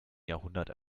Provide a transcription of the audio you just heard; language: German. jahrhundert